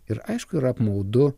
ir aišku yra apmaudu